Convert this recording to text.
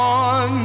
on